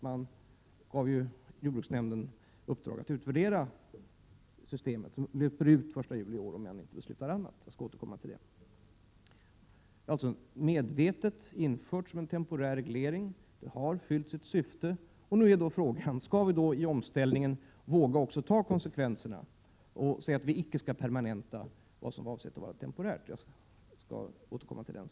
Man gav jordbruksnämnden i uppdrag att utvärdera systemet, som löper ut den 1 juli, om nämnden inte beslutar annat — jag skall återkomma till det. Systemet har alltså införts medvetet som en temporär reglering. Systemet har fyllt sitt syfte, och nu är frågan: Skall vi i omställningen också våga ta konsekvenserna och säga att vi inte skall permanenta vad som avsågs att vara temporärt? Jag skall återkomma till det.